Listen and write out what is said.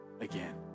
again